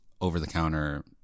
over-the-counter